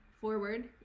forward